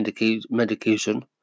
medication